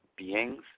beings